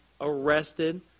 arrested